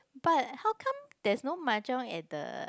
but how come there's no mahjong at the